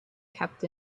kept